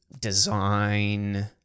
design